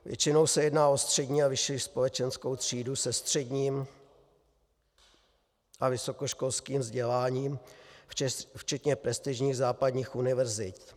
Většinou se jedná o střední a vyšší společenskou třídu se středním a vysokoškolským vzděláním, včetně prestižních západních univerzit.